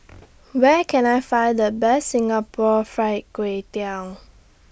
Where Can I Find The Best Singapore Fried Kway Tiao